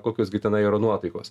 kokios gi tenai yra nuotaikos